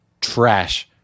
trash